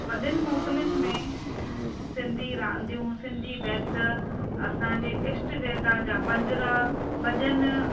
वॾनि मोकिलुनि में सिंधी रांदियूं सिंधी बैत असांजे ईष्ट देवता जा पंजणा भॼन